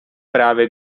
právě